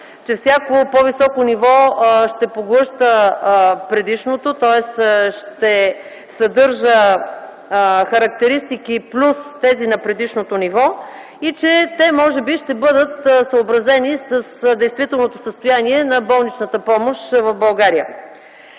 че всяко по-високо ниво ще поглъща предишното. Тоест ще съдържа характеристики плюс тези на предишното ниво и че те може би ще бъдат съобразени с действителното състояние на болничната помощ в България.